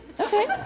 Okay